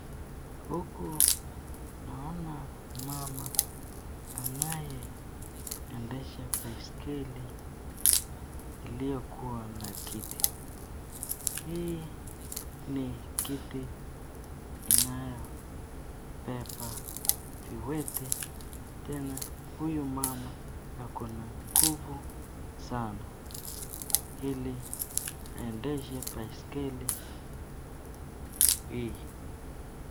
Huku naona mama anaye endeasha baisikeli, iliyokuwa na kiti. Hii ni kiti inayobeba viwete, tena huyu mama akona nguvu sana ili aendeshe baisikeli hii.